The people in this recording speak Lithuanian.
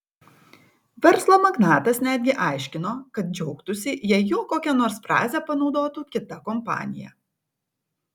verslo magnatas netgi aiškino kad džiaugtųsi jeigu jo kokią nors frazę panaudotų kita kompanija